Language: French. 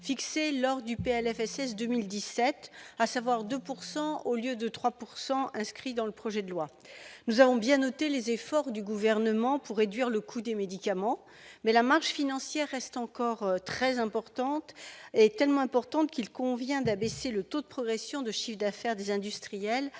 sociale pour 2017, à savoir à 2 %, au lieu des 3 % prévus dans le présent projet de loi. Nous avons bien noté les efforts du Gouvernement pour réduire le coût des médicaments, mais la marge financière reste tellement importante qu'il convient d'abaisser le taux de progression du chiffre d'affaires des industriels